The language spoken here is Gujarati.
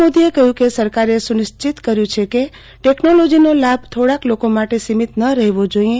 શ્રી મોદીએ કહ્યું કે સરકારે સુનિશ્ચિત કર્યું છે કે ટેકનોલોજીનો લાભ થોડાંક લોકો માટે સીમીત ન રહેવો જોઈએ